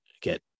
get